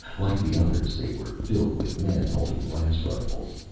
like the others, they were filled with men holding blast rifles.